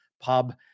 Pub